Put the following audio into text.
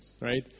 right